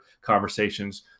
conversations